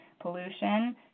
pollution